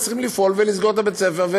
צריך לפעול ולסגור את בית הספר.